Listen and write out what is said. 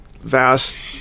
vast